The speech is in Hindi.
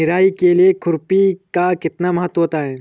निराई के लिए खुरपी का कितना महत्व होता है?